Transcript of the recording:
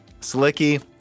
Slicky